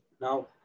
Now